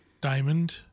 Diamond